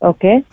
Okay